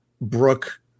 Brooke